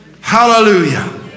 Hallelujah